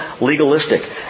legalistic